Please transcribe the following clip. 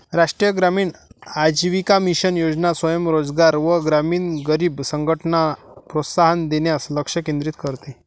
राष्ट्रीय ग्रामीण आजीविका मिशन योजना स्वयं रोजगार व ग्रामीण गरीब संघटनला प्रोत्साहन देण्यास लक्ष केंद्रित करते